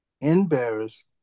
embarrassed